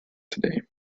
today